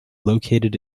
located